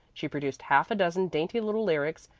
she produced half a dozen dainty little lyrics,